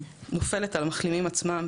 נופלת על המחלימים עצמם,